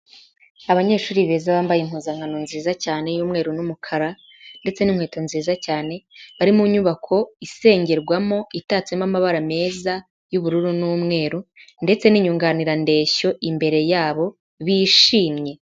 Abanyeshuri beza bambaye impuzankano nziza cyane y'umweru n'umukara, ndetse n'inkweto nziza cyane, bari mu nyubako isengerwamo itatsemo amabara meza, y'ubururu n'umweru, ndetse n'inyunganirandeshyo imbere yabo, bishimye.